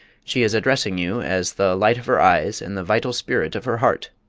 she is addressing you as the light of her eyes and the vital spirit of her heart